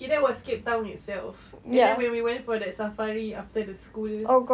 kira was cape town itself and then when we went for that safari after the school